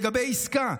לגבי עסקה.